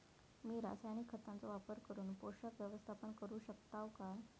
मी रासायनिक खतांचो वापर करून पोषक व्यवस्थापन करू शकताव काय?